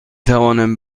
توانم